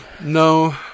No